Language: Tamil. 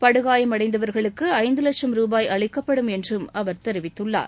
படுகாயமடைந்தவர்களுக்கு ஐந்து ரூபாய் அளிக்கப்படும் என்றும் அவர் தெரிவித்துள்ளார்